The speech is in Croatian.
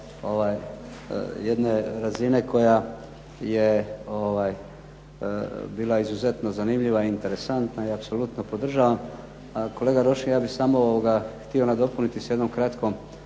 jedne razine koja je bila izuzetno zanimljiva i interesantna i apsolutno podržavam, a kolega Rošin ja bih samo htio nadopuniti sa jednom kratkom